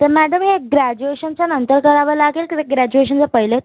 तर मॅडम हे ग्रॅज्युएशनच्या नंतर करावं लागेल की ग्रॅज्युएशनच्या पहिलेच